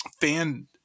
fan